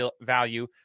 value